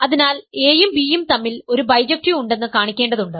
അതിനാൽ A യും B യും തമ്മിൽ ഒരു ബൈജെക്ടിവ് ഉണ്ടെന്ന് കാണിക്കേണ്ടതുണ്ട്